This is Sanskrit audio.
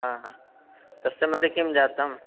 आहा तस्य मध्ये किं जातं